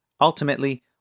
Ultimately